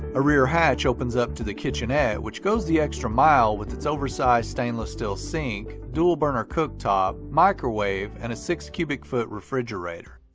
a rear hatch opens up to the kitchenette, which goes the extra mile with its oversized stainless steel sink, dual-burner cooktop, microwave, and a six cubic foot refrigerator.